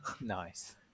Nice